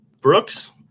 Brooks